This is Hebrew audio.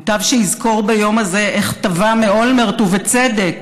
מוטב שיזכור ביום הזה איך תבע מאולמרט, ובצדק,